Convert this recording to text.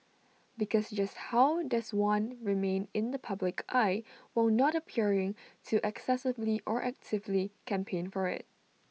because just how does one remain in the public eye while not appearing to excessively or actively campaign for IT